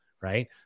right